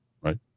right